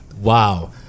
Wow